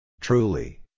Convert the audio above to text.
Truly